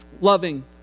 loving